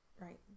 Right